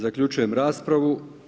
Zaključujem raspravu.